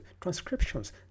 transcriptions